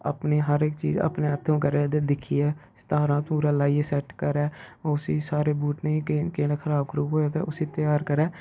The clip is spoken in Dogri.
अपने हर इक चीज़ अपने हत्थों करै ते दिक्खियै तारां तुरां लाइयै सेट करै उसी सारे बूह्टें गी केह्ड़े खराब ख्रूब होऐ ते उसी त्यार करै